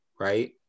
right